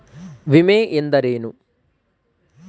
ವಿಮೆ ಎಂದರೇನು?